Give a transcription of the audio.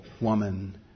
woman